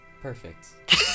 Perfect